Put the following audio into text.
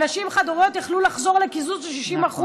ונשים חד-הוריות יכלו לחזור לקיזוז של 60%,